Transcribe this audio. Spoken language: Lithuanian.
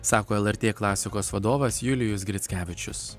sako lrt klasikos vadovas julijus grickevičius